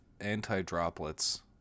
anti-droplets